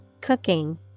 cooking